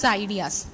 ideas